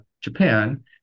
Japan